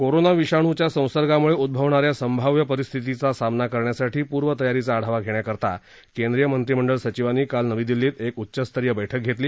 corona विषाणूच्या संसर्गामुळे उद्रवणाऱ्या संभाव्य परिस्थितीचा सामना करण्यासाठी पूर्वतयारीचा आढावा धेण्यासाठी केंद्रीय मंत्रिमंडळ सचिवांनी काल नवी दिल्लीत एक उच्चस्तरीय बैठक घेतली